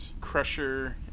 Crusher